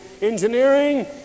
engineering